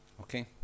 Okay